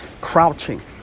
Crouching